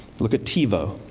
look at tivo.